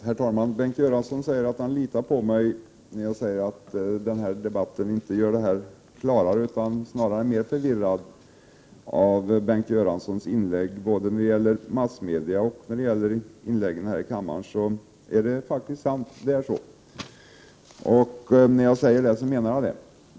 Herr talman! Bengt Göransson säger att han litar på mig, när jag påstår att denna debatt inte gör frågan klarare utan snarare mera förvirrad. Bengt Göranssons uttalanden i massmedia och i inlägg här i kammaren har faktiskt den effekten. När jag säger detta menar jag det.